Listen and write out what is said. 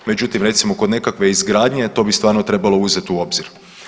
Međutim, recimo kod nekakve izgradnje to bi stvarno trebalo uzeti u obzir.